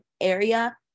area